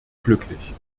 glücklich